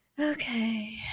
Okay